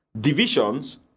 divisions